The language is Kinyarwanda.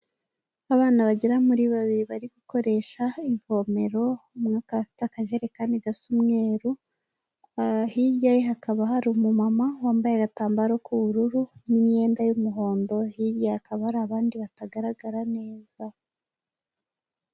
Abana bagera muri babiri bari gukoresha ivomero, umwe akaba afite akajekani gasa umweru, hirya ye hakaba hari umumama wambaye agatambaro k'ubururu n'imyenda y'umuhondo, hirya hakaba hari abandi batagaragara neza.